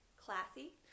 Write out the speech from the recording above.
Classy